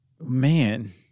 Man